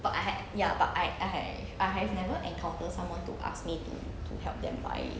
but I had ya but I I had I have never encountered someone to ask me to help them buy